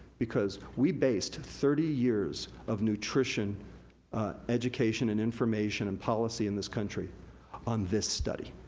because we based thirty years of nutrition education, and information, and policy in this country on this study.